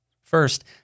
First